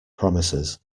promises